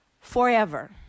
forever